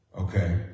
okay